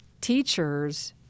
teachers